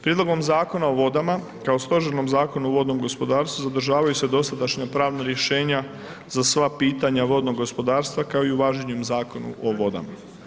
Prijedlogom Zakona o vodama kao stožernom zakonu u vodnom gospodarstvu zadržavaju se dosadašnje pravna rješenja za sva pitanja vodnog gospodarstva kao i u važećem Zakonu o vodama.